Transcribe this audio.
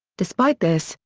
despite this,